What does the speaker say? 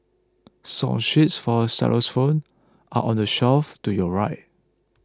song sheets for xylophones are on the shelf to your right